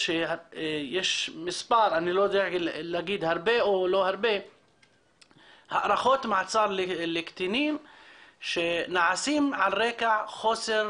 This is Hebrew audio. שיש מספר של הארכות מעצר של קטינים שנעשים על רקע חוסר